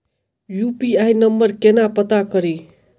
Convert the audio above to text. UPI number केना पत्ता कड़ी?